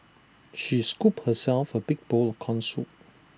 she scooped herself A big bowl of Corn Soup